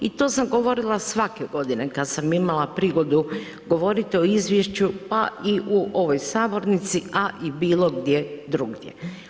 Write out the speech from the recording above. I to sam govorila svake godine kad sam imala prigodu govoriti o izvješću pa i u ovom sabornici, a i bilo gdje drugdje.